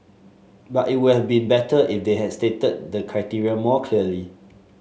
but it would have been better if they stated the criteria more clearly